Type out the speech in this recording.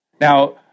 Now